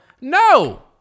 No